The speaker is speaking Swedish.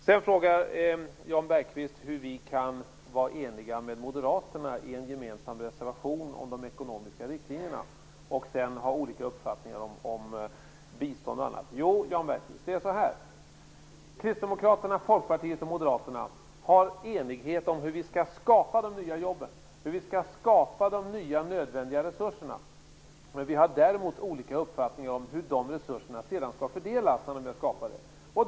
Sedan frågar Jan Bergqvist hur vi kan vara eniga med Moderaterna i en gemensam reservation om de ekonomiska riktlinjerna för att sedan ha olika uppfattningar om bistånd och annat. Så här är det, Jag Bergqvist. Kristdemokraterna, Folkpartiet och Moderaterna är eniga om hur vi skall skapa de nya jobben och hur vi skall skapa de nya nödvändiga resurserna. Däremot har vi olika uppfattningar om hur de resurserna sedan skall fördelas när de väl är skapade.